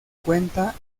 cuenta